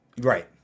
right